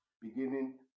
beginning